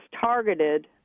targeted